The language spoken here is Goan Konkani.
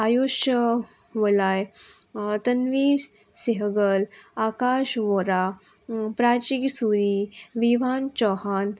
आयुश वलाय तन्वी सेहगल आकाश वोरा प्राचीक सुरी विव्हान चौहान